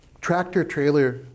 tractor-trailer